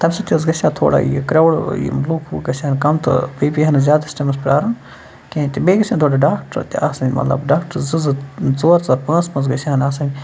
تَمہِ سۭتۍ حظ گژھِ ہا تھوڑا یہِ کرٛاوُڈ یِم لُکھ وُکھ گژھِ ہَن کَم تہٕ بیٚیہِ پیٚیہِ ہا نہٕ زیادَس ٹایمَس پرٛارُن کینٛہہ تہِ بیٚیہِ گٔژھٮ۪ن تھوڑا ڈاکٹر تہِ آسٕنۍ مطلب ڈاکٹر زٕ زٕ ژور ژور پانٛژھ پانٛژھ گژھِ ہن آسٕنۍ